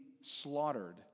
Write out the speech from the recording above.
slaughtered